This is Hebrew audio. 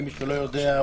למי שלא יודע,